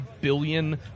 billion